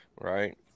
Right